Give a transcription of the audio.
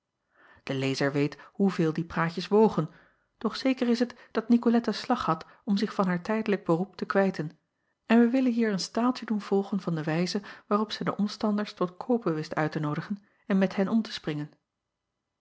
e lezer weet hoeveel die praatjes wogen doch zeker is het dat icolette slag had om zich van haar tijdelijk beroep te kwijten en wij willen hier een staaltje doen volgen van de wijze waarop zij de omstanders tot koopen wist uit te noodigen en met hen om te springen